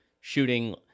shooting